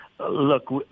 Look